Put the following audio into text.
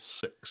six